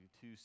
two